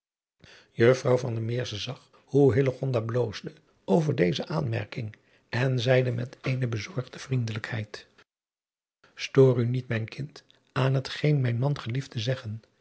uffrouw zag hoe bloosde over deze aanmerking en zeide met eene bezorgde vriendelijkheid toor u niet mijn kind aan het geen mijn man gelieft te zeggen